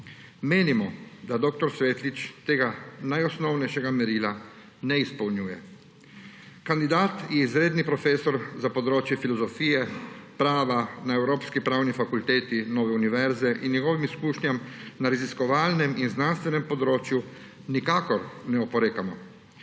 Menimo, da dr. Svetlič tega najosnovnejšega merila ne izpolnjuje. Kandidat je izredni profesor za področje filozofije prava na Evropski pravni fakulteti Nove univerze in njegovim izkušnjam na raziskovalnem in znanstvenem področju nikakor ne oporekamo.